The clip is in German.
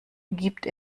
gibt